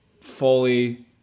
fully